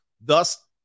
Thus